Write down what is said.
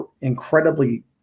incredibly